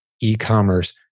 e-commerce